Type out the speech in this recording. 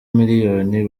miliyoni